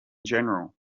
general